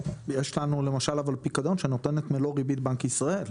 יש לנו למשל פיקדון שנותן את מלוא ריבית בנק ישראל.